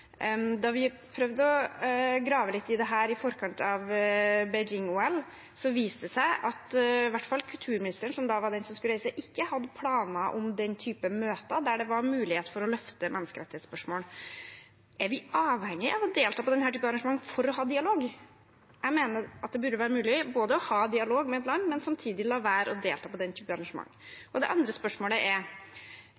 grave litt i dette i forkant av Beijing-OL, viste det seg at kulturministeren, som var den som skulle reise, i hvert fall ikke hadde planer om møter der det var mulighet for å løfte menneskerettighetsspørsmål. Er vi avhengig av å delta på denne typen arrangement for å ha dialog? Jeg mener det burde være mulig både å ha dialog med et land og samtidig la være å delta på den type arrangement.